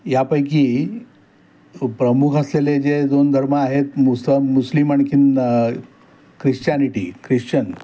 यापैकी प्रमुख असलेले जे दोन धर्म आहेत मुसम मुस्लिम आणखी ख्रिश्चॅनिटी ख्रिश्चन